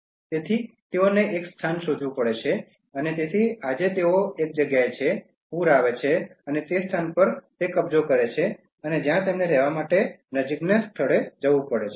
તેથી તેઓને એક સ્થાન શોધવું પડશે તેથી આજે તેઓ એક જગ્યાએ છે પૂર આવે છે અને તે સ્થાન પર કબજો કરે છે અને જ્યાં તેમને રહેવા માટે નજીકના સ્થળે જવું પડે છે